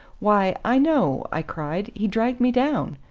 why, i know, i cried he dragged me down.